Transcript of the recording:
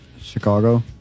Chicago